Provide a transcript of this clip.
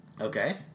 Okay